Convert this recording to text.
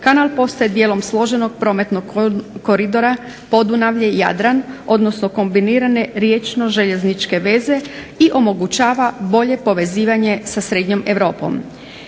Kanal postaje dijelom složenog prometnog koridora Podunavlje – Jadran, odnosno kombinirane riječno-željezničke veze i omogućava bolje povezivanje sa srednjom Europom.